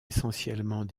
essentiellement